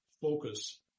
focus